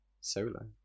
Solo